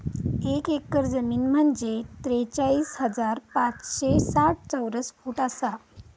एक एकर जमीन म्हंजे त्रेचाळीस हजार पाचशे साठ चौरस फूट आसा